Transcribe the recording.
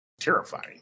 Terrifying